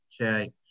okay